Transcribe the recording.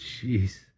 Jeez